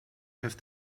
have